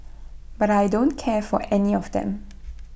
but I don't care for any of them